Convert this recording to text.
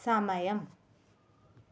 സമയം